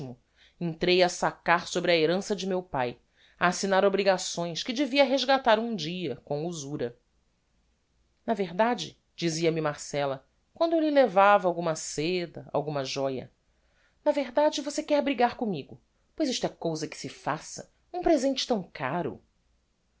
entrei a saccar sobre a herança de meu pae a assignar obrigações que devia resgatar um dia com usura na verdade dizia-me marcella quando eu lhe levava alguma seda alguma joia na verdade você quer brigar commigo pois isto é cousa que se faça um presente tão caro